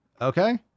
Okay